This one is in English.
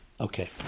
Okay